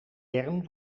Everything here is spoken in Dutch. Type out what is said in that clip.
bern